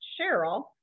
Cheryl